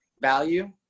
value